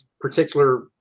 particular